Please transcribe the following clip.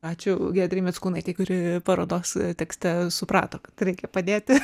ačiū giedrei mickūnaitei kuri parodos tekste suprato kad reikia padėti